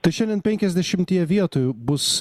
tai šiandien penkiasdešimtyje vietų bus